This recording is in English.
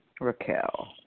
Raquel